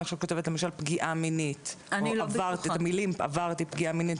אם אני עכשיו כותבת למשל "פגיעה מינית" או "עברתי פגיעה מינית",